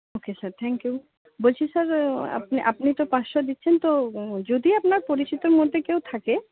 okay sir thank you বলছি sir আপনি আপনি তো পাঁচশো দিচ্ছেন তো যদি আপনার পরিচিতর মধ্যে কেউ থাকে